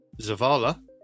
Zavala